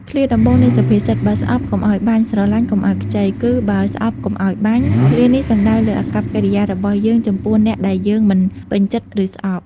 ឃ្លាដំបូងនៃសុភាសិត "បើស្អប់កុំឲ្យបាញ់ ស្រឡាញ់កុំឲ្យខ្ចី" គឺ "បើស្អប់កុំឲ្យបាញ់" ឃ្លានេះសំដៅទៅលើអាកប្បកិរិយារបស់យើងចំពោះអ្នកដែលយើងមិនពេញចិត្ត ឬស្អប់។